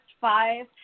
five